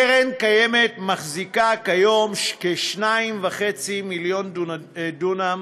קרן קיימת מחזיקה כיום כ-2.5 מיליון דונם